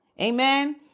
Amen